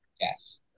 Yes